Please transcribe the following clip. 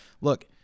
look